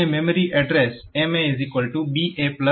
અને memory address MA BA EA છે